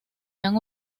han